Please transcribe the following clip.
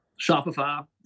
shopify